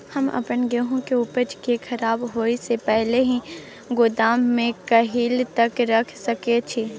हम अपन गेहूं के उपजा के खराब होय से पहिले ही गोदाम में कहिया तक रख सके छी?